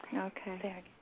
Okay